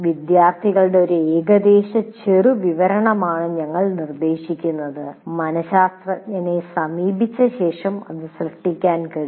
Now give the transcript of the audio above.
വിദ്യാർത്ഥികളുടെ ഒരു ഏകദേശ ചെറുവിവരണമാണ് ഞങ്ങൾ നിർദ്ദേശിക്കുന്നത് മനശാസ്ത്രജ്ഞനെ സമീപിച്ചശേഷം ഇത് സൃഷ്ടിക്കാൻ കഴിയും